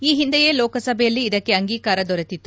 ಈ ಮುನ್ನ ಲೋಕಸಭೆಯಲ್ಲಿ ಇದಕ್ಕೆ ಅಂಗೀಕಾರ ದೊರೆತಿತ್ತು